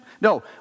No